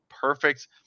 perfect